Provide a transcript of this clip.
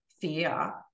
fear